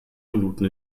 minuten